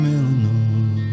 Illinois